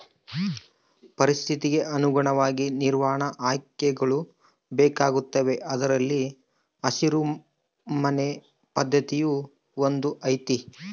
ಪರಿಸ್ಥಿತಿಗೆ ಅನುಗುಣವಾಗಿ ನಿರ್ವಹಣಾ ಆಯ್ಕೆಗಳು ಬೇಕಾಗುತ್ತವೆ ಅದರಲ್ಲಿ ಹಸಿರು ಮನೆ ಪದ್ಧತಿಯೂ ಒಂದು ಐತಿ